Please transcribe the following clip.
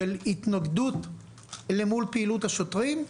של התנגדות מול פעילות השוטרים.